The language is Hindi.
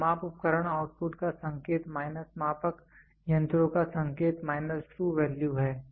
तो एक माप उपकरण आउटपुट का संकेत माइनस मापक यंत्रों का संकेत माइनस ट्रू वैल्यू